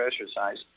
exercise